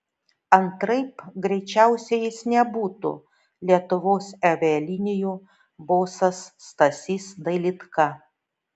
antraip greičiausiai jis nebūtų lietuvos avialinijų bosas stasys dailydka